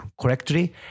correctly